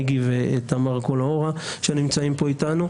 איגי ותמר קלהורה שנמצאים פה איתנו,